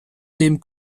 dem